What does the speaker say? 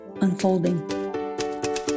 unfolding